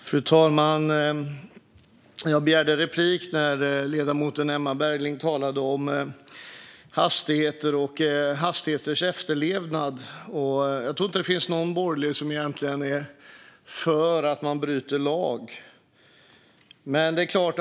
Fru talman! Jag begärde replik när ledamoten Emma Berginger talade om hastigheter och hastighetsbegränsningars efterlevnad. Jag tror inte att det finns någon borgerlig som egentligen är för att man bryter mot lagen.